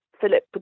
Philip